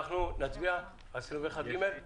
אנחנו נצביע על 21ג?